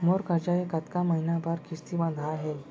मोर करजा के कतका महीना बर किस्ती बंधाये हे?